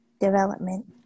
development